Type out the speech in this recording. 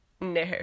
No